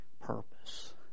purpose